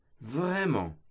Vraiment